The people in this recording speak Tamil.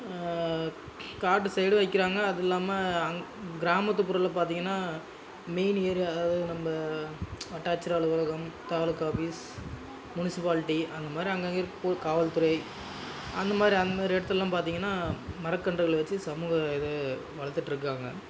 காட்டு சயிடு வைக்கிறாங்க அதில்லாமல் கிராமத்துபுறத்தில் பார்த்திங்கனா மெயின் ஏரியா அதாவது நம்ம வட்டாச்சியர் அலுவலகம் தாலூக்கா ஆபீஸ் முனிசிபால்ட்டி அதுமாதிரி அங்கங்கே இருக்குது காவல்துறை அந்தமாதிரி அந்தமாரி இடத்துலலாம் பார்த்திங்கனா மரக்கன்றுகள் வெச்சி சமூக இது வளர்த்துட்ருக்காங்க